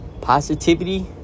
positivity